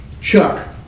Chuck